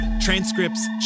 transcripts